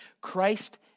Christ